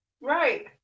Right